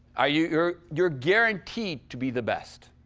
ah you're you're you're guaranteed to be the best.